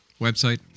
Website